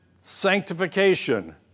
sanctification